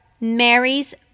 Mary's